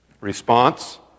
Response